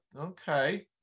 okay